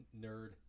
nerd